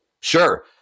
Sure